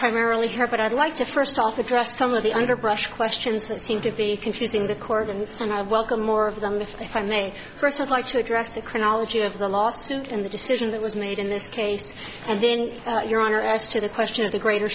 primarily here but i'd like to first off addressed some of the underbrush questions that seem to be confusing the court and and i welcome more of them if i may first i'd like to address the chronology of the lawsuit and the decision that was made in this case and then your honor as to the question of the greater